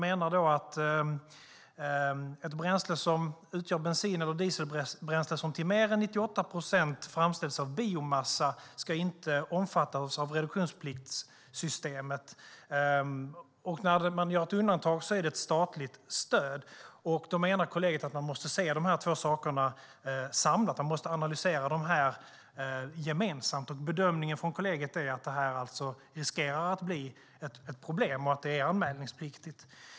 Ett bränsle som utgör bensin eller dieselbränsle som till mer än 98 procent framställs av biomassa omfattas inte av reduktionspliktssystemet, och de menar att när man gör ett undantag är det ett statligt stöd. Kollegiet menar att man måste se på de två sakerna samlat, att man måste analysera dem gemensamt. Kollegiets bedömning är alltså att det finns risk för att det här kan bli ett problem och att det är anmälningspliktigt.